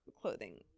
clothing